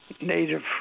native